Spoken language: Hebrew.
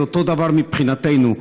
מבחינתנו,